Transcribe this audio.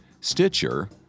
Stitcher